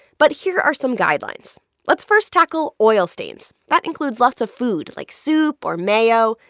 but here are some guidelines let's first tackle oil stains. that includes lots of food like soup or mayo,